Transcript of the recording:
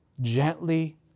gently